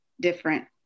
different